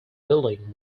building